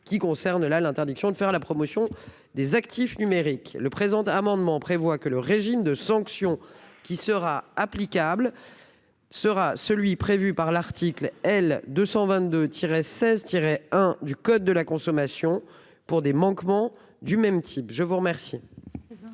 qui concerne la l'interdiction de faire la promotion des actifs numériques. Le présent amendement prévoit que le régime de sanctions qui sera applicable. Sera celui prévu par l'article L 222 Tiret 16 Tiret 1 du code de la consommation pour des manquements du même type. Je vous remercie.